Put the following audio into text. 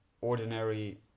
ordinary